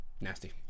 Nasty